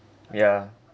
yeah